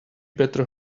better